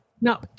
No